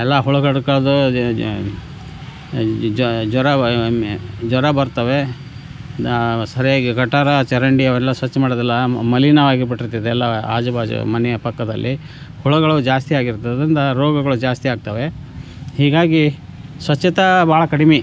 ಎಲ್ಲ ಹುಳಗಳು ಕಡಿದು ಜ್ವ ಜ್ವರ ಬರ್ತವೆ ಸರಿಯಾಗಿ ಗಟಾರ ಚರಂಡಿ ಅವೆಲ್ಲ ಸ್ವಚ್ಛ ಮಾಡುವುದಿಲ್ಲ ಮಲಿನವಾಗಿ ಬಿಟ್ಟಿರ್ತದೆ ಎಲ್ಲ ಆಜುಬಾಜು ಮನೆಯ ಪಕ್ಕದಲ್ಲಿ ಹುಳಗಳು ಜಾಸ್ತಿಯಾಗಿರ್ತೆ ಅದರಿಂದ ರೋಗಗಳು ಜಾಸ್ತಿ ಆಗ್ತವೆ ಹೀಗಾಗಿ ಸ್ವಚ್ಛತೆ ಭಾಳ ಕಡಿಮೆ